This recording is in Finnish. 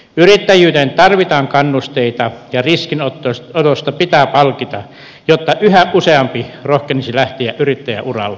yrittäjyyteen tarvitaan kannusteita ja riskinotosta pitää palkita jotta yhä useampi rohkenisi lähteä yrittäjäuralle